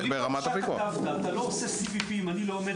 אבל אם הוא אומר אתה לא עושה CVP אני לא עומד